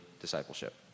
discipleship